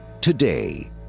Today